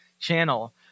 channel